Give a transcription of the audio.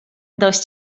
dość